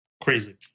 crazy